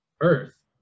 Earth